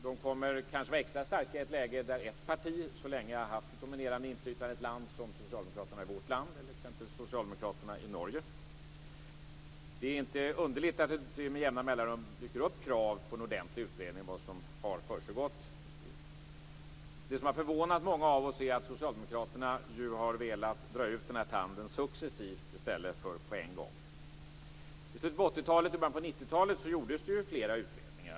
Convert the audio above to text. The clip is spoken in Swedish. De kommer kanske att vara extra starka i ett läge där ett parti som Socialdemokraterna så länge har haft ett dominerande inflytande i vårt land eller som exempelvis Socialdemokraterna i Norge. Det är inte underligt att det med jämna mellanrum dyker upp krav på en ordentlig utredning om vad som har försiggått. Det som har förvånat många av oss är att Socialdemokraterna ju har velat dra ut den här tanden successivt i stället för att göra det på en gång. I slutet på 80-talet och i början på 90-talet gjordes det flera utredningar.